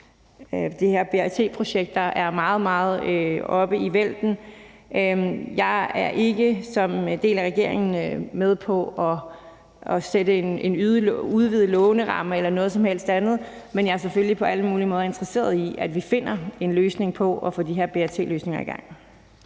de her BRT-projekter er meget, meget oppe i vælten. Jeg er ikke som en del af regeringen med på at udvide lånerammen eller noget som helst andet, men jeg er selvfølgelig på alle mulige måder interesseret i, at vi finder en løsning og får de her BRT-løsninger i gang.